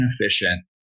inefficient